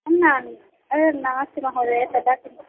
न नास्ति महोदया तथा किमपि